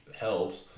helps